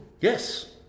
Yes